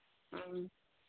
ꯎꯝ